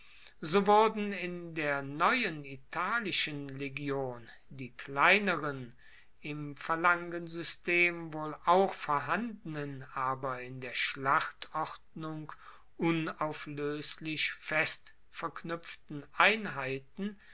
so wurden in der neuen italischen legion die kleineren im phalangensystem wohl auch vorhandenen aber in der schlachtordnung unaufloeslich fest verknuepften einheiten